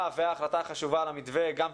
וההחלטה החשובות על המתווה גם יתממשו.